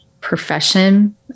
profession